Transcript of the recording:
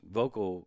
vocal